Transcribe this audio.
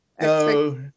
No